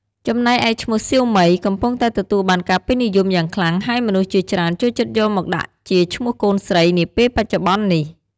ចំណែកឯឈ្មោះ "សៀវមី" កំពុងតែទទួលបានការពេញនិយមយ៉ាងខ្លាំង ហើយមនុស្សជាច្រើន ចូលចិត្តយកមកដាក់ជាឈ្មោះកូនស្រី នាពេលបច្ចុប្បន្ននេះ។